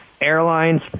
airlines